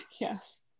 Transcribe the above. Yes